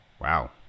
wow